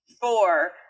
four